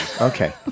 Okay